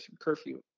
curfew